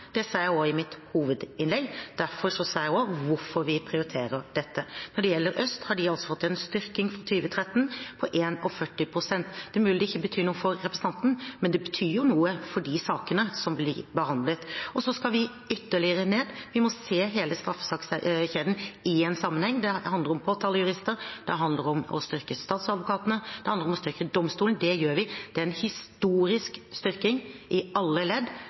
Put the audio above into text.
det sa jeg også i mitt hovedinnlegg. Derfor sa jeg også hvorfor vi prioriterer dette. Når det gjelder Øst, har de altså fått en styrking fra 2013 på 52 pst. Det er mulig det ikke betyr noe for representanten, men det betyr noe for de sakene som blir behandlet. Så skal vi ytterligere ned. Vi må se hele straffesakskjeden i en sammenheng, og det handler om påtalejurister, det handler om å styrke statsadvokatene, det handler om å styrke domstolene. Det gjør vi, det er en historisk styrking i alle ledd,